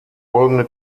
folgende